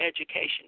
education